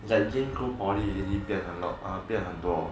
that james go poly already 变 a lot 变很多